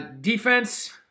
Defense